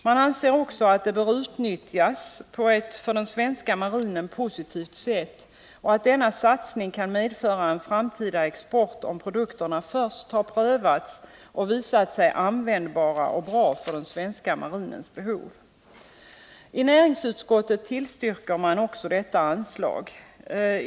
Man anser också att det bör utnyttjas på ett för den svenska marinen positivt sätt och att denna satsning kan medföra en framtida export, om produkterna först har prövats och visat sig användbara och bra för den svenska marinens behov. Näringsutskottet tillstyrkte också detta anslag.